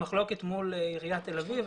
המחלוקת מול עיריית תל אביב.